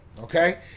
okay